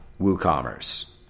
WooCommerce